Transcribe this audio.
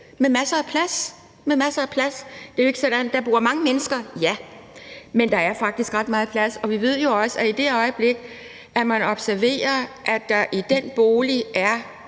med masser af plads. Der bor mange mennesker, ja, men der er faktisk ret meget plads, og vi ved jo også, at i det øjeblik, det bliver observeret, at der i den bolig er